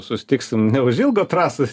susitiksim neužilgo trasoj